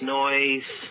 noise